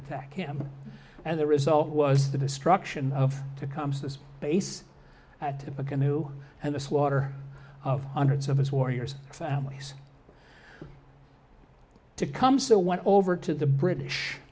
attack him and the result was the destruction of to comes this base at a canoe and the slaughter of hundreds of his warriors families to come so when over to the british